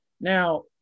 Now